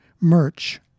merch